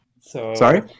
Sorry